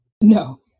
No